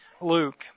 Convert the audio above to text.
Luke